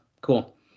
Cool